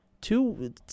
two